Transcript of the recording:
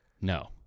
No